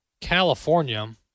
California